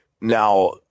Now